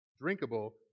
drinkable